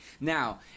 Now